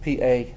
PA